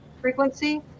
frequency